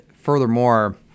furthermore